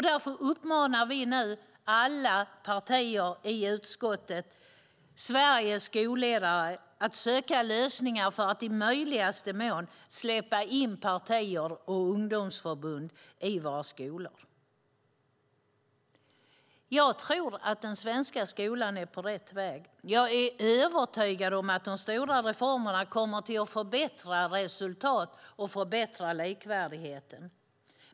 Därför uppmanar vi, alla partier i utskottet, Sveriges skolledare att söka lösningar för att i möjligaste mån släppa in partier och ungdomsförbund i våra skolor. Jag tror att svenska skolan är på rätt väg. Jag är övertygad om att de stora reformerna kommer att förbättra resultaten och likvärdigheten.